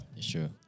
sure